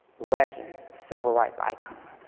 legend, civil-rights icon.